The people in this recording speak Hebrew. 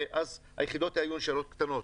ואז היחידות היו נשארות קטנות.